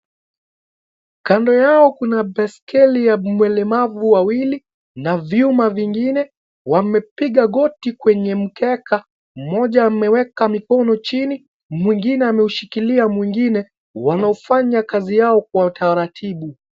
Kando yao kuna baiskeli ya mlemavu wawili, na viuma vingine wamepiga goti kwenye mkeka mmoja ameweka mkono chini mwingine ameshikilia mwingine wanafanya kazi yao kwa utaratibu.